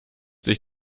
sich